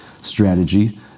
strategy